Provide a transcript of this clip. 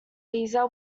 caesar